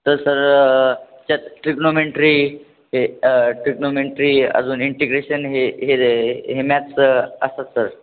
तर सर त्यात ट्रिग्नोमेंट्री हे ट्रिग्नोमेंट्री अजून इंटिग्रेशन हे हे जे हे मॅथ्सचं असं सर